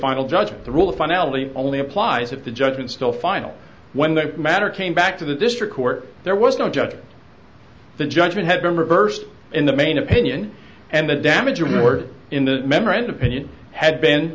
final judgment the rule of finality only applies if the judgment still final when the matter came back to the district court there was no judge her the judgement had been reversed in the main opinion and the damage award in the memorandum opinion had been